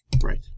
Right